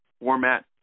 format